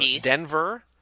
Denver